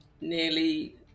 nearly